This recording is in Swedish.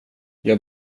jag